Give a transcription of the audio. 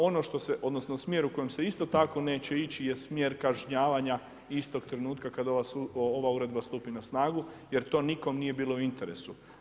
Ono što se, odnosno smjer u kojem se isto tako neće ići je smjer kažnjavanja istog trenutka kada ova uredba stupi na snagu jer to nikome nije bilo u interesu.